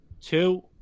two